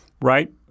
right